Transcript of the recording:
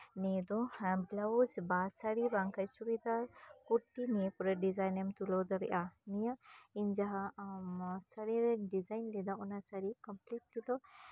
ᱱᱤᱭᱟᱹ ᱫᱚ ᱦᱟᱛ ᱵᱞᱟᱣᱩᱡ ᱵᱟ ᱥᱟᱹᱲᱤ ᱵᱟᱝᱠᱷᱟᱡ ᱪᱩᱲᱤᱫᱟᱨ ᱠᱩᱨᱛᱤ ᱱᱤᱭᱟᱹ ᱠᱚᱨᱮ ᱰᱤᱡᱟᱭᱤᱱᱮᱢ ᱛᱩᱞᱟᱹᱣ ᱫᱟᱲᱮᱭᱟᱜᱼᱟ ᱱᱤᱭᱟᱹ ᱤᱧ ᱡᱟᱦᱟᱸ ᱥᱟᱲᱤᱧ ᱰᱤᱡᱟᱭᱤᱱ ᱞᱮᱫᱟ ᱚᱱᱟ ᱥᱟ ᱲᱤ ᱠᱚᱢᱯᱞᱤᱴ ᱛᱮᱫᱚ